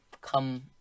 come